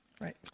Right